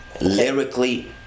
Lyrically